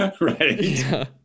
Right